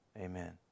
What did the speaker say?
Amen